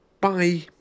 Bye